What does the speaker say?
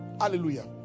Hallelujah